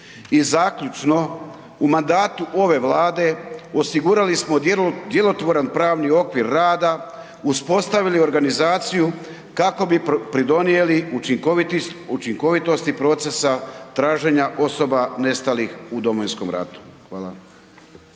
zaključno, u mandatu ove Vlade, osigurali smo djelotvoran pravni okvir rada, uspostavili organizaciju kako bi pridonijeli učinkovitosti procesa traženja osoba nestalih u Domovinskom ratu. Hvala.